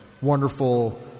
wonderful